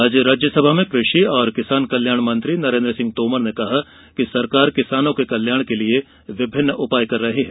आज राज्यसभा में कृषि और किसान कल्याण मंत्री नरेन्द्र सिंह तोमर ने कहा कि सरकार किसानों के कल्याण के लिए विभिन्न उपाय कर रही है